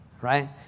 right